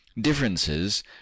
differences